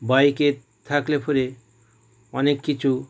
বাইকের থাকলে পরে অনেক কিছু